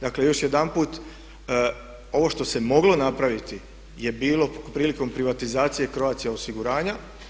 Dakle još jedanput ovo što se moglo napraviti je bilo prilikom privatizacije Croatia osiguranja.